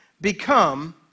become